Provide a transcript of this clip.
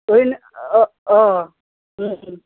হয়না অ' অ'